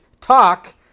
talk